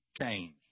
change